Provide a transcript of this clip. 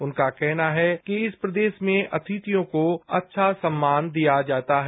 उनका कहना है कि इस प्रदेश में अतिथियों को अच्छा सम्मान दिया जाता है